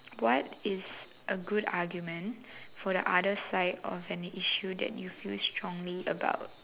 what is a good argument for the other side of an issue that you feel strongly about